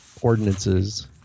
ordinances